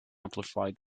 amplify